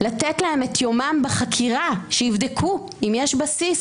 לתת להם את יומם בחקירה שיבדקו אם יש בסיס,